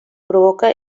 provoca